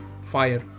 fire